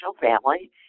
family